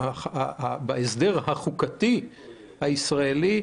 בהסדר החוקתי הישראלי,